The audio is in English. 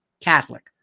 Catholic